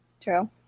True